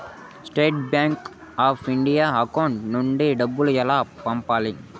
State bank of India account నుంచి డబ్బులు ఎలా పంపాలి?